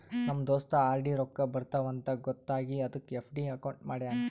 ನಮ್ ದೋಸ್ತ ಆರ್.ಡಿ ರೊಕ್ಕಾ ಬರ್ತಾವ ಅಂತ್ ಗೊತ್ತ ಆಗಿ ಅದಕ್ ಎಫ್.ಡಿ ಅಕೌಂಟ್ ಮಾಡ್ಯಾನ್